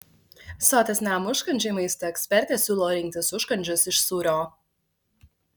sotesniam užkandžiui maisto ekspertė siūlo rinktis užkandžius iš sūrio